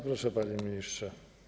Proszę, panie ministrze.